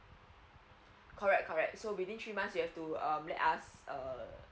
correct correct so within three months you have to um let us err